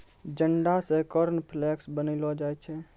जंडा से कॉर्नफ्लेक्स बनैलो जाय छै